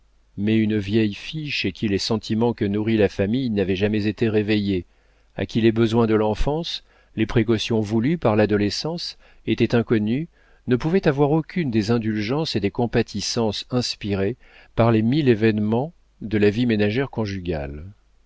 mais une vieille fille chez qui les sentiments que nourrit la famille n'avaient jamais été réveillés à qui les besoins de l'enfance les précautions voulues par l'adolescence étaient inconnus ne pouvait avoir aucune des indulgences et des compatissances inspirées par les mille événements de la vie ménagère conjugale